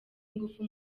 ingufu